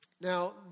Now